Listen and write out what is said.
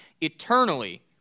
eternally